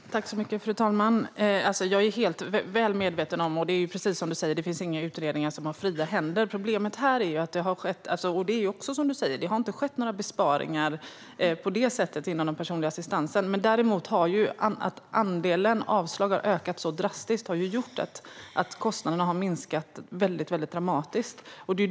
Fru talman! Precis som statsrådet säger är även jag medveten om att det inte finns några utredningar som har fria händer. Statsrådet säger att det inte har skett några besparingar på det sättet inom den personliga assistansen. Däremot har andelen avslag ökat så drastiskt att det har gjort att kostnaderna har minskat väldigt dramatiskt.